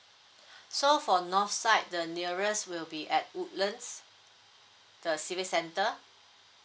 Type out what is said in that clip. so for north side the nearest will be at woodlands the civic centre